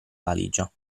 valigia